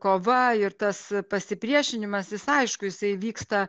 kova ir tas pasipriešinimas jis aišku jisai vyksta